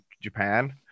japan